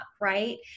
right